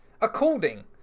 According